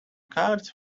cards